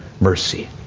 mercy